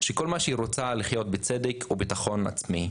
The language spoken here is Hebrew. שכל מה שהיא רוצה זה לחיות בצדק ובביטחון אישי.